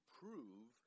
prove –